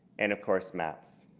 and, of course, maps.